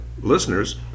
listeners